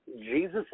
Jesus